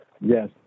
yes